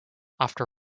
after